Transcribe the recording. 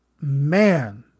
Man